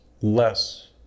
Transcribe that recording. less